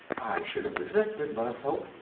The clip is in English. i should have resisted, let us hope,